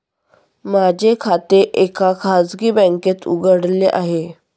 माझे खाते एका खाजगी बँकेत उघडले आहे